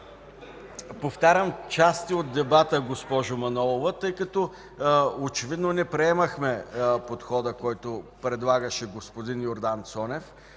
Повтарям части от дебата, госпожо Манолова, тъй като очевидно не приемахме подхода, който предлагаше господин Йордан Цонев.